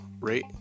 rate